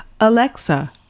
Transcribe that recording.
alexa